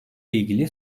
ilgili